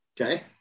Okay